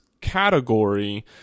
category